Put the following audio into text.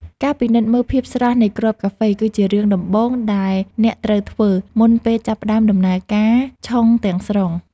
ការពិនិត្យមើលភាពស្រស់នៃគ្រាប់កាហ្វេ គឺជារឿងដំបូងដែលអ្នកត្រូវធ្វើ មុនពេលចាប់ផ្តើមដំណើរការឆុងទាំងស្រុង។